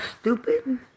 stupid